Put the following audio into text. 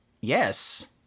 Yes